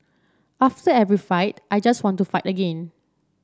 after every fight I just want to fight again